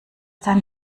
deinen